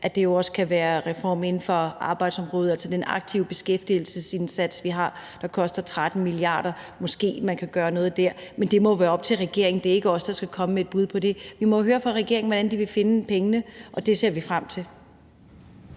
at det jo også kan være en reform inden for arbejdsmarkedsområdet, f.eks. koster den aktive beskæftigelsesindsats, vi har, 13 mia. kr., og måske kan man gøre noget der. Men det må jo være op til regeringen. Det er ikke os, der skal komme med et bud på det. Vi må jo høre fra regeringen, hvordan de vil finde pengene, og det ser vi frem til.